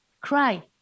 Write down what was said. Cry